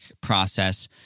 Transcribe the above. process